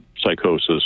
psychosis